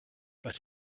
but